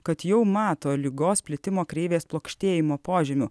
kad jau mato ligos plitimo kreivės plokštėjimo požymių